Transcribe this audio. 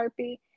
sharpie